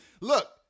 look